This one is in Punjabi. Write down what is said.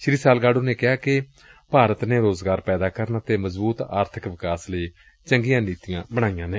ਸ੍ਰੀ ਸਾਲਗਾਡੋ ਨੇ ਕਿਹਾ ਕਿ ਭਾਰਤ ਨੇ ਰੋਜ਼ਗਾਰ ਪੈਦਾ ਕਰਨ ਅਤੇ ਮਜ਼ਬੁਤ ਆਰਥਿਕ ਵਿਕਾਸ ਲਈ ਵਧੀਆ ਨੀਡੀਆਂ ਬਣਾਈਆਂ ਨੇ